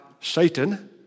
Satan